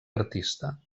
artista